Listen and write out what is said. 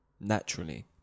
naturally